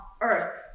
earth